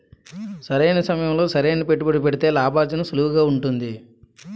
సరైన సమయంలో సరైన పెట్టుబడి పెడితే లాభార్జన సులువుగా ఉంటుంది